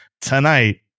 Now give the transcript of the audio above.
tonight